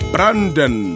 Brandon